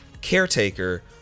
caretaker